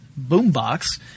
boombox